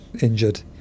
injured